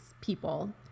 people